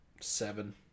Seven